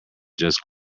just